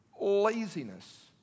Laziness